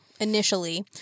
initially